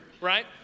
right